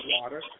water